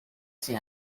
sin